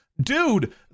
Dude